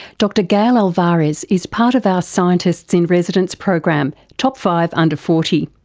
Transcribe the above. dr gail alvares is part of our scientists in residence program top five under forty.